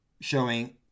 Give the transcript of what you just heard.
Showing